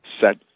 set